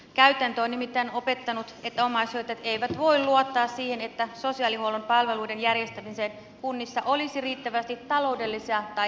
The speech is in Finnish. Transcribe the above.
käytäntö on nimittäin opettanut että omaishoitajat eivät voi luottaa siihen että sosiaalihuollon palveluiden järjestämiseen kunnissa olisi riittävästi talou dellisia tai henkilöstöresursseja